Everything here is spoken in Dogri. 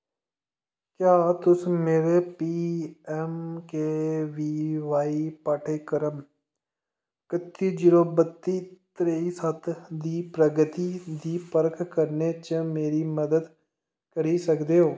क्या तुस मेरे P M K V Y पाठ्यक्रम कत्ती जीरो बत्ती त्रेई सत्त दी प्रगति दी परख करने च मेरी मदद करी सकदे ओ